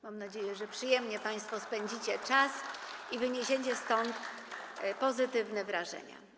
Mam nadzieję, że przyjemnie państwo spędzicie czas i wyniesiecie stąd pozytywne wrażenia.